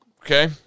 okay